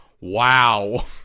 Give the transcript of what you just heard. wow